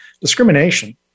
Discrimination